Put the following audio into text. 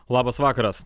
labas vakaras